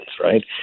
right